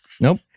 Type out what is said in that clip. Nope